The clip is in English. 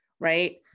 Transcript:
right